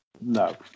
No